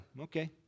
okay